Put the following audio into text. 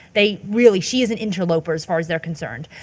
they really, she is an interloper as far as they're concerned.